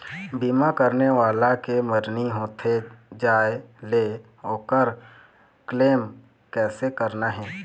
बीमा करने वाला के मरनी होथे जाय ले, ओकर क्लेम कैसे करना हे?